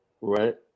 Right